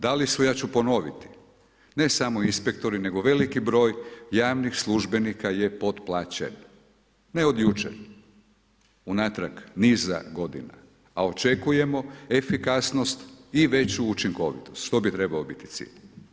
Da li su, ja ću ponoviti, ne samo inspektori, nego veliki broj javnih službenika je potplaćen, ne od jučer, unatrag niza g. a očekujemo efikasnost i veću učinkovitost, što bi trebao biti cilj.